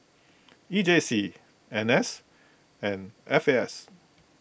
E J C N S and F A S